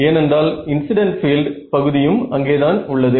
ஏனென்றால் incident field பகுதியும் அங்கேதான் உள்ளது